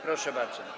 Proszę bardzo.